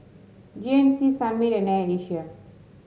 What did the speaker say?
G N C Sunmaid and Air Asia